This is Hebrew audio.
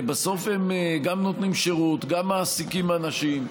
בסוף הם גם נותנים שירות, גם מעסיקים אנשים,